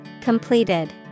Completed